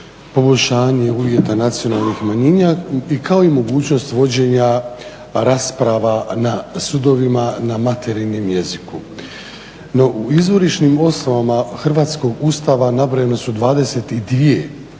poboljšanje uvjeta nacionalnih manjina kao i mogućnost vođenja rasprava na sudovima na materinjem jeziku. No u izvorišnim osnovama hrvatskog Ustava nabrojene su 22